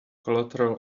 collateral